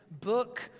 book